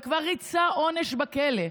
וכבר ריצה עונש בכלא,